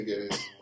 guys